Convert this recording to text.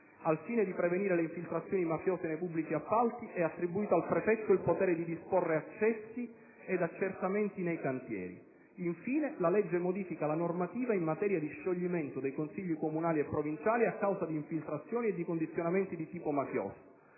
Al fine di prevenire le infiltrazioni mafiose nei pubblici appalti, è attribuito al prefetto il potere di disporre accessi ed accertamenti nei cantieri. Infine, la legge modifica la normativa in materia di scioglimento dei consigli comunali e provinciali a causa di infiltrazioni e di condizionamenti di tipo mafioso.